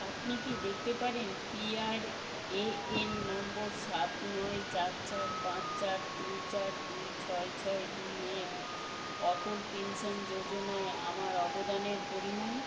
আপনি কি দেখতে পারেন পিআরএএন নম্বর সাত নয় চার চার পাঁচ চার তিন চার দুই ছয় ছয় দুইয়ের অটল পেনশান যোজনায় আমার অবদানের পরিমাণ